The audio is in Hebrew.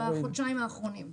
בחודשיים האחרונים.